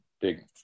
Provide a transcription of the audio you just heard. big